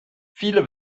viele